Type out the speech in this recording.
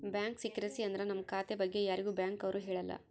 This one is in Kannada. ಬ್ಯಾಂಕ್ ಸೀಕ್ರಿಸಿ ಅಂದ್ರ ನಮ್ ಖಾತೆ ಬಗ್ಗೆ ಯಾರಿಗೂ ಬ್ಯಾಂಕ್ ಅವ್ರು ಹೇಳಲ್ಲ